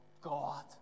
God